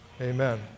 Amen